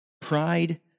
Pride